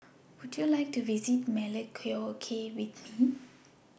Would YOU like to visit Melekeok with Me